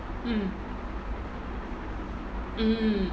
mm mm